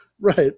right